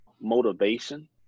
Motivation